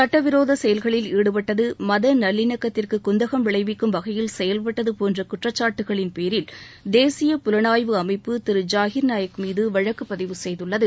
சுட்டவிரோத செயல்களில் ஈடுபட்டது மதநல்லிணக்கத்திற்கு குந்தகம் விளைவிக்கும் வகையில் செயல்பட்டது போன்ற குற்றச்சாட்டுகளின் பேரில் தேசிய புலனாய்வு அமைப்பு திரு ஜாஹிர்நாயக் மீது வழக்கு பதிவு செய்துள்ளது